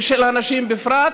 ושל נשים בפרט,